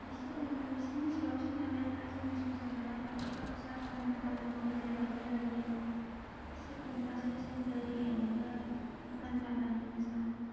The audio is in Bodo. बिसोर बिसिनि सायावसो नालाय दा जोंनि संसार जानाय बा थाखा फैसा खामानि दामानि मिलायनाय मिलायै बिसोर अनबासो जोंबो रेहाय मोनो खामानि दामानि मोजां